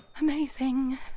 Amazing